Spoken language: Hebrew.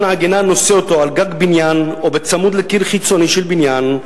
עגינה הנושא אותו על גג בניין או צמוד לקיר חיצוני של בניין,